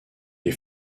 les